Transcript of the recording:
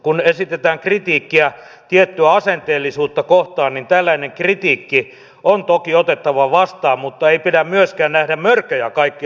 kun esitetään kritiikkiä tiettyä asenteellisuutta kohtaan niin tällainen kritiikki on toki otettava vastaan mutta ei pidä myöskään nähdä mörköjä kaikkialla